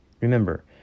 Remember